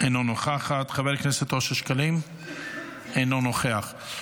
אינה נוכחת, חבר הכנסת אושר שקלים, אינו נוכח.